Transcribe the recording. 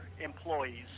employees